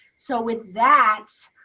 so with that,